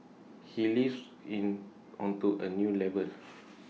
he lifts in onto A new level